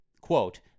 quote